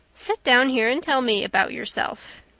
sit down here and tell me about yourself.